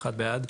הצבעה בעד,